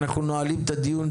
אנחנו נועלים את הדיון.